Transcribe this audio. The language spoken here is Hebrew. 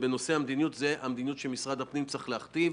את המדיניות משרד הפנים צריך להכתיב.